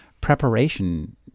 preparation